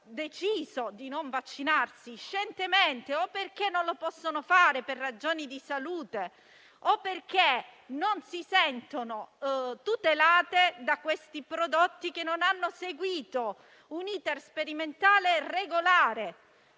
deciso di non vaccinarsi, scientemente, o perché non lo possono fare per ragioni di salute o perché non si sentono tutelate da questi prodotti, che non hanno seguito un *iter* sperimentale regolare.